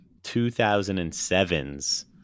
2007's